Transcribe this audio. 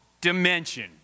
dimension